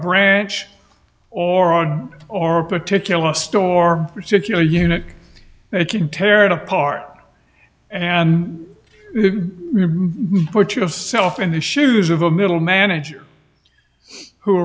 branch already or a particular store particular unit it can tear it apart and put you of self in the shoes of a middle manager who